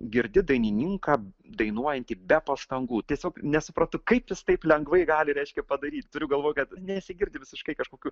girdi dainininką dainuojantį be pastangų tiesiog nesuprantu kaip jis taip lengvai gali reiškia padaryt turiu galvoj kad nesigirdi visiškai kažkokių